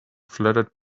fluttered